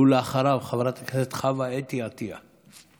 ואחריו, חברת הכנסת חוה אתי עטייה.